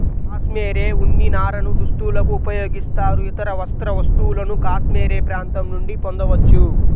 cashmere ఉన్ని నారను దుస్తులకు ఉపయోగిస్తారు, ఇతర వస్త్ర వస్తువులను కాష్మెరె ప్రాంతం నుండి పొందవచ్చు